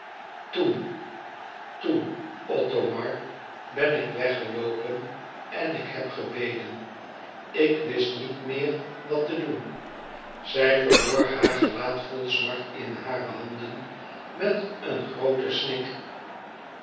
toen toen othomar ben ik weggeloopen en ik heb gebeden ik wist niet meer wat te doen zij verborg haar gelaat vol smart in hare handen met een grooten snik